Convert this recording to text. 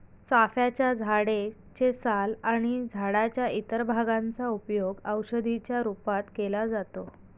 चाफ्याच्या झाडे चे साल आणि झाडाच्या इतर भागांचा उपयोग औषधी च्या रूपात केला जातो